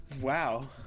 Wow